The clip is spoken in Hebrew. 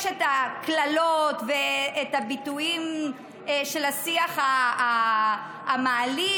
יש את הקללות ואת הביטויים של השיח המעליב,